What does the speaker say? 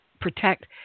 protect